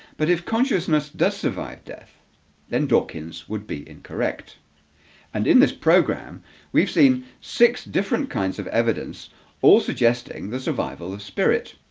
but if consciousness does survive death then dawkins would be incorrect and in this program we've seen six different kinds of evidence all suggesting the survival of spirit